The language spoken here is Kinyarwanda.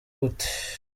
gute